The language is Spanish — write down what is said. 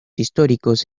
históricos